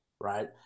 right